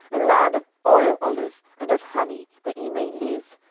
a land of oil olive and of honey, that ye may live,